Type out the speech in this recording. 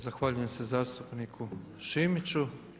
Zahvaljujem se zastupniku Šimiću.